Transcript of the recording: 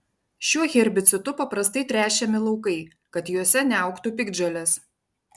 šiuo herbicidu paprastai tręšiami laukai kad juose neaugtų piktžolės